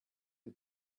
the